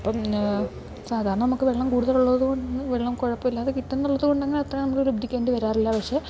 ഇപ്പം സാധാരണ നമുക്ക് വെള്ളം കൂടുതലുള്ളത് കൊണ്ട് വെള്ളം കുഴപ്പം ഇല്ലാതെ കിട്ടുന്നുള്ളത് കൊണ്ടങ്ങനെ അത്ര നമുക്ക് ലബ്ധിക്കേണ്ടി വരാറില്ല പക്ഷേ